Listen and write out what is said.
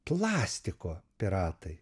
plastiko piratai